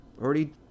already